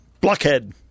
Blockhead